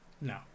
No